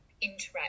interact